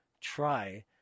try